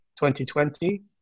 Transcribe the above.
2020